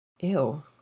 Ew